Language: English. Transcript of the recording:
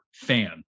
fan